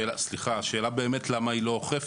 השאלה למה היא לא אוכפת.